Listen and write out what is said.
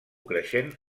creixent